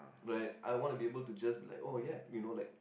right I want to be able to just be like oh ya you know like